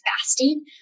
fasting